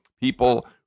people